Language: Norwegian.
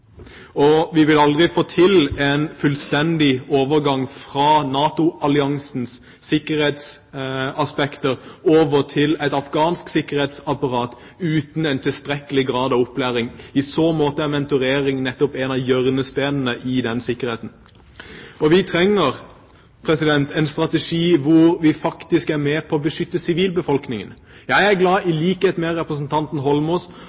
Vi vil aldri få til en fullstendig overgang fra NATO-alliansens sikkerhetsaspekter og over til et afghansk sikkerhetsapparat uten en tilstrekkelig grad av opplæring. I så måte er mentorering nettopp en av hjørnesteinene i den sikkerheten. Vi trenger en strategi der vi er med på å beskytte sivilbefolkningen. Jeg er glad for – i likhet med representanten Holmås